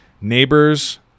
Neighbors